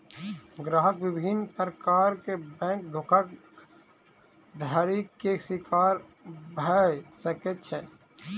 ग्राहक विभिन्न प्रकार के बैंक धोखाधड़ी के शिकार भअ सकै छै